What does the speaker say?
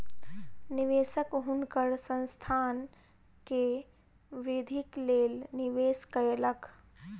निवेशक हुनकर संस्थान के वृद्धिक लेल निवेश कयलक